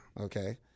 Okay